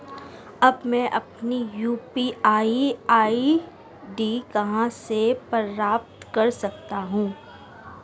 अब मैं अपनी यू.पी.आई आई.डी कहां से प्राप्त कर सकता हूं?